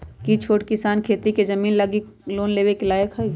कि छोट किसान खेती के जमीन लागी लोन लेवे के लायक हई?